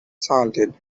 salted